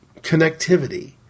connectivity